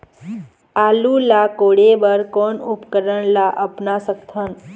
आलू ला कोड़े बर कोन उपकरण ला अपना सकथन?